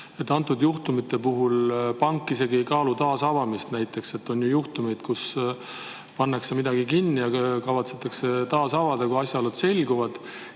antud juhtumite puhul pank isegi ei kaalu taasavamist? Näiteks on juhtumeid, kui pannakse midagi kinni, aga kavatsetakse taasavada, kui asjaolud selguvad.